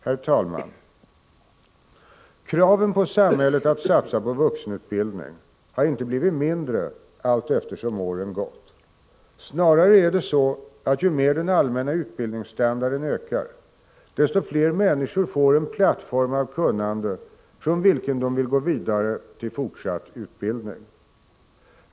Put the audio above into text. Herr talman! Kraven på samhället att satsa på vuxenutbildning har inte blivit mindre allteftersom åren gått. Snarare är det så att ju mer den allmänna utbildningsstandarden ökar desto fler människor får en plattform av kunnande från vilken de vill gå vidare till fortsatt utbildning.